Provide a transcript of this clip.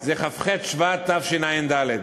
זה כ"ח שבט תשע"ד,